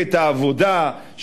מפלגת העבודה,